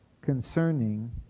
concerning